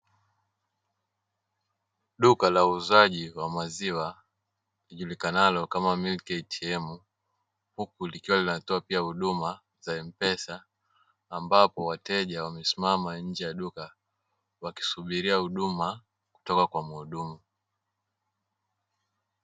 Duka la uuzaji wa maziwa lijulikanao kama "Milk ATM", huku likiwa linatoa pia huduma za mpesa, ambapo wateja wamesimama nje ya duka wakisubiria huduma kutoka kwa muhudumu.